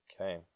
Okay